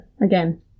again